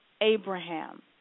Abraham